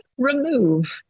remove